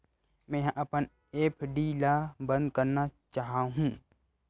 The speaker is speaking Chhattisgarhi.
मेंहा अपन एफ.डी ला बंद करना चाहहु